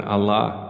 Allah